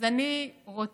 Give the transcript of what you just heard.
אז אני רוצה,